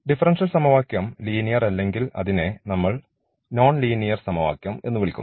differential സമവാക്യം linear അല്ലെങ്കിൽ അതിനെ നമ്മൾ നോൺ ലീനിയർ സമവാക്യം എന്ന് വിളിക്കുന്നു